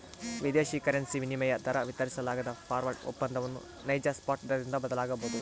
ವಿದೇಶಿ ಕರೆನ್ಸಿ ವಿನಿಮಯ ದರ ವಿತರಿಸಲಾಗದ ಫಾರ್ವರ್ಡ್ ಒಪ್ಪಂದವನ್ನು ನೈಜ ಸ್ಪಾಟ್ ದರದಿಂದ ಬದಲಾಗಬೊದು